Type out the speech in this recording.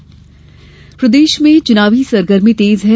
चुनाव समीक्षा प्रदेश में चुनावी सरगर्मी तेज है